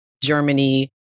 Germany